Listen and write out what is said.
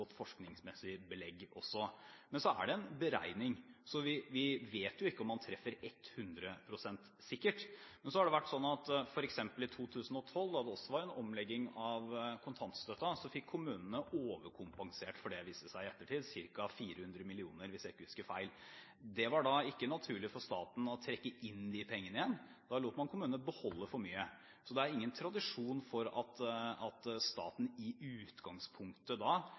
forskningsmessig belegg. Men det er en beregning, og vi vet ikke om man treffer med 100 pst. sikkerhet. Men f.eks. i 2012, da det også var en omlegging av kontantstøtten, fikk kommunene overkompensert for det, viste det seg i ettertid – ca. 400 mill. kr, hvis jeg ikke husker feil. Det var da ikke naturlig for staten å trekke inn de pengene igjen, da lot man kommunene beholde for mye. Så det er ingen tradisjon for at staten i utgangspunktet